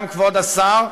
גם כבוד השר.